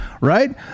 right